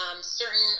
Certain